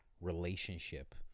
relationship